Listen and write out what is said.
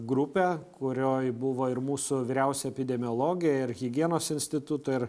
grupę kurioj buvo ir mūsų vyriausia epidemiologė ir higienos instituto ir